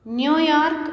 new York